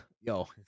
yo